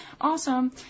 Awesome